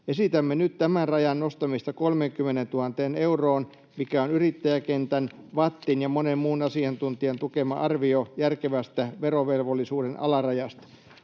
Esitämme nyt tämän rajan nostamista 30 000 euroon, mikä on yrittäjäkentän, VATTin ja monen muun asiantuntijan tukema arvio järkevästä verovelvollisuuden alarajasta.